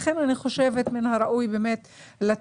לכן, אני חושבת שמן הראוי לתת